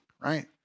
right